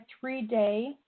three-day